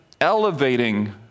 elevating